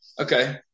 Okay